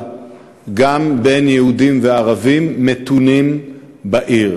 גם בין יהודים לערבים מתונים בעיר.